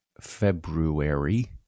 February